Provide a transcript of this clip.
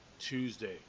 Tuesday